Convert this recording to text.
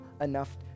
enough